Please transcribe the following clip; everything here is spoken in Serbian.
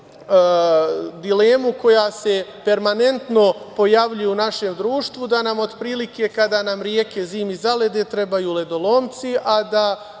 dilemu koja se permanentno pojavljuje u našem društvu, da nam otprilike kada nam reke zimi zalede trebaju ledolomci, a da